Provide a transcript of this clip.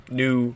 new